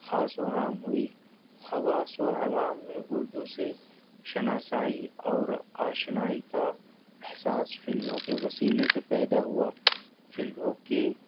خاص و عام ہوئی خواص و عوام میں اردو سے شناسائی اور آشنائی کا احساس فلموں کے وسیلے سے پیدا ہوا فلموں کے